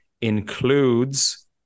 includes